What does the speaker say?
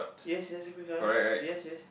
yes yes green color yes yes